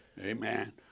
Amen